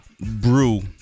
brew